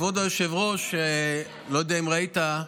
היושב-ראש, אני מבקש להשיב.